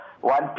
one